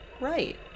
Right